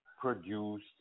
produced